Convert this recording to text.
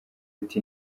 ati